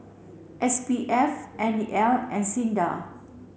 S P F N E L and SINDA